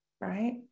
Right